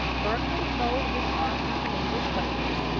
berkeley sold his part to some english quakers.